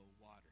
water